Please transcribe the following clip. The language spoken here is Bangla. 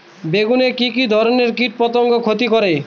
বেগুনে কি কী ধরনের কীটপতঙ্গ ক্ষতি করে?